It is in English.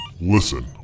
Listen